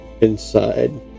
inside